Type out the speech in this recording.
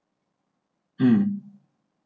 mm